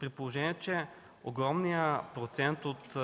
при положение че огромният процент от